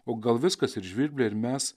o gal viskas ir žvirbliai ir mes